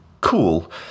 Cool